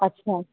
अच्छा